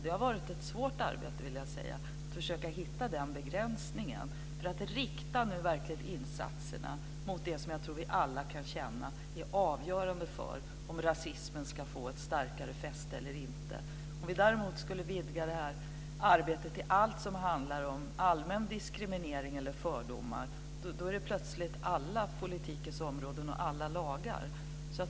Det har varit ett svårt arbete att försöka hitta den begränsningen. Det gäller att nu verkligen rikta insatserna mot det som jag tror att vi alla kan känna är avgörande för om rasismen ska få ett starkare fäste eller inte. Om vi däremot skulle vidga det här arbetet till allt som handlar om allmän diskriminering eller fördomar, handlar det plötsligt om alla politikens områden och alla lagar.